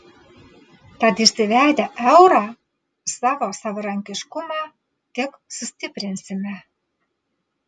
tad įsivedę eurą savo savarankiškumą tik sustiprinsime